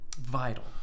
vital